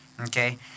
Okay